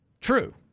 True